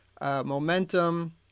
Momentum